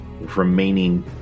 remaining